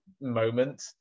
moment